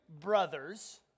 brothers